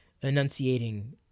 enunciating